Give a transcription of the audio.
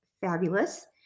fabulous